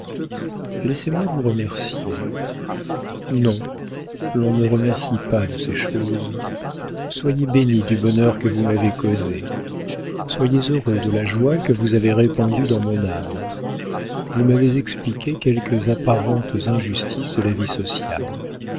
moi vous remercier non on ne remercie pas de ces choses soyez béni du bonheur que vous m'avez causé soyez heureux de la joie que vous avez répandue dans mon âme vous m'avez expliqué quelques apparentes injustices de la vie sociale